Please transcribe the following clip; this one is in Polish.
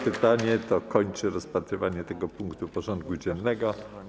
Pytanie to kończy rozpatrywanie tego punktu porządku dziennego.